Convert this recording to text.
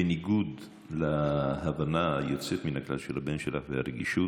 בניגוד להבנה היוצאת מן הכלל של הבן שלך והרגישות,